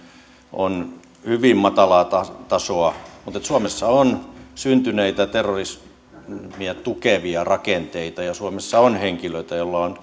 on hyvin matalaa tasoa mutta kun suomeen on syntynyt terrorismia tukevia rakenteita ja suomessa on henkilöitä joilla on